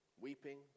weeping